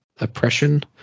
oppression